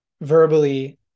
verbally